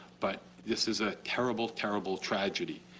but this is a terrible terrible tragedy.